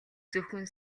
зөвхөн